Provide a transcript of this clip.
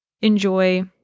enjoy